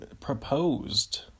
Proposed